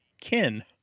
kin